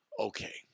Okay